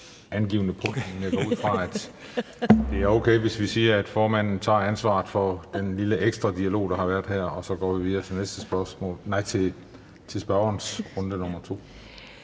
det er okay, hvis vi siger, at formanden tager ansvaret for den lille ekstra dialog, der har været her, og vi så går videre til spørgerens runde nummer to.